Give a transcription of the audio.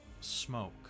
smoke